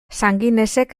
sanginesek